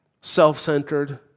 self-centered